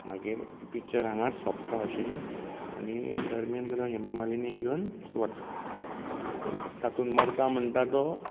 मागीर पिक्चर हांगाच सोंपतां अशें आनी धर्मेंद्र हेमा मालिनिंक घेवन वता तातूंत मरता म्हणटा तो